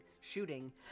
shooting